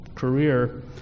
career